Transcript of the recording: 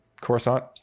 Coruscant